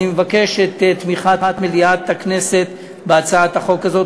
אני מבקש את תמיכת מליאת הכנסת בהצעת החוק הזאת.